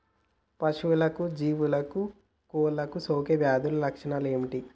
పశువులకు జీవాలకు కోళ్ళకు సోకే వ్యాధుల లక్షణాలు ఏమిటి?